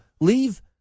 leave